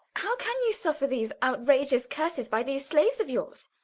how can you suffer these outrageous curses by these slaves of yours?